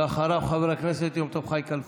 אחריו, חבר הכנסת יום טוב חי כלפון.